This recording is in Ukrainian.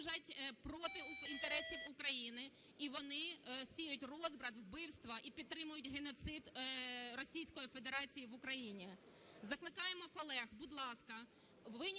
вони служать проти інтересів України, і вони сіють розбрат, вбивства і підтримують геноцид Російської Федерації в Україні. Закликаємо колег, будь ласка, винесіть